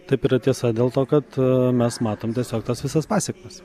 taip yra tiesa dėl to kad mes matom tiesiog tas visas pasekmes